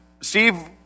Steve